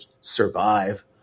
survive